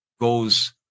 goes